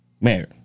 married